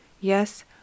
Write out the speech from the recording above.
Yes